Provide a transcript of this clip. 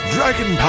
Dragon